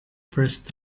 first